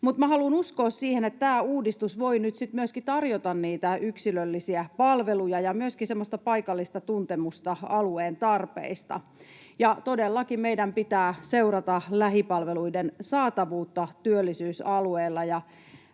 haluan uskoa siihen, että tämä uudistus voi nyt tarjota myöskin niitä yksilöllisiä palveluja ja myöskin semmoista paikallista tuntemusta alueen tarpeista. Ja todellakin meidän pitää seurata lähipalveluiden saatavuutta työllisyysalueilla.